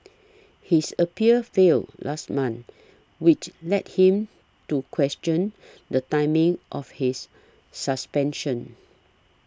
his appeal failed last month which led him to question the timing of his suspension